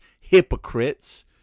hypocrites